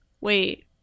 Wait